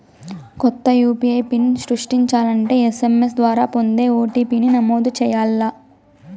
కొత్త UPI PIN సృష్టించాలంటే SMS ద్వారా పొందే ఓ.టి.పి.ని నమోదు చేయాల్ల